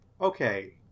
Okay